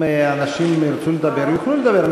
אם אנשים ירצו לדבר, הם יוכלו לדבר.